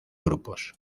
grupos